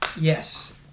Yes